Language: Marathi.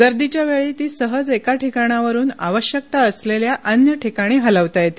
गर्दीच्या वेळी ती सहज एका ठिकाणावरून आवश्यकता असलेल्या अन्य ठिकाणी हलवता येते